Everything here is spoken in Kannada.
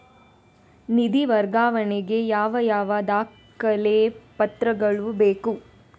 ನಿಧಿ ವರ್ಗಾವಣೆ ಗೆ ಯಾವ ಯಾವ ದಾಖಲೆ ಪತ್ರಗಳು ಬೇಕು?